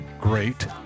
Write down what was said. great